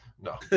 No